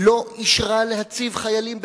לא אישרה להציב חיילים ב"נתיב".